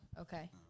okay